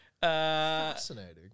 Fascinating